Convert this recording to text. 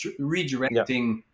redirecting